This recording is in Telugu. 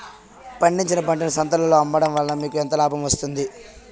పండించిన పంటను సంతలలో అమ్మడం వలన మీకు ఎంత లాభం వస్తుంది?